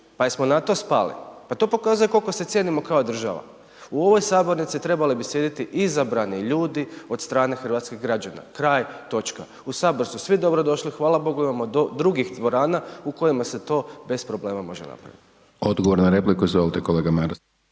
Pa jesmo na to spali? Pa to pokazuje koliko se cijenimo kao država. U ovoj sabornici trebale bi sjediti izabrani ljudi od strane hrvatskih građana. Kraj. Točka. U sabor su svi dobrodošli, hvala bogu imamo drugih dvorana u kojima se to bez problema može napraviti. **Hajdaš Dončić, Siniša